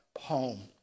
home